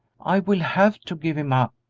i will have to give him up,